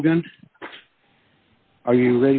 hogan are you